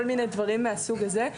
כל מיני דברים מן הסוג הזה,